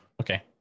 Okay